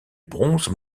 bronze